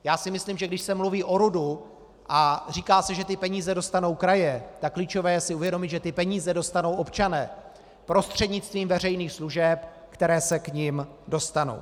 Já si myslím, že když se mluví o RUDu a říká se, že peníze dostanou kraje, tak klíčové je si uvědomit, že peníze dostanou občané prostřednictvím veřejných služeb, které se k nim dostanou.